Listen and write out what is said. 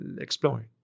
exploring